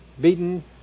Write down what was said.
beaten